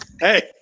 Hey